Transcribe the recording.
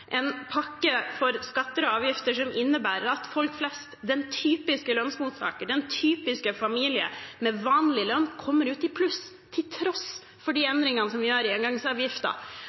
en pakke for skatter og avgifter som innebærer at folk flest, den typiske lønnsmottaker, den typiske familie, med vanlig lønn, kommer ut i pluss, til tross for de endringene vi gjør i